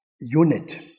unit